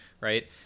right